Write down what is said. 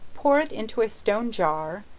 pour it into a stone jar,